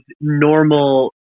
normal